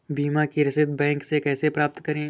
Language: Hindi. बीमा की रसीद बैंक से कैसे प्राप्त करें?